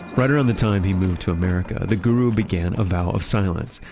right around the time he moved to america, the guru began a vow of silence.